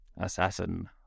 assassin